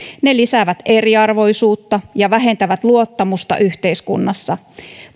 ne lisäävät eriarvoisuutta ja vähentävät luottamusta yhteiskunnassa